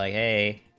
a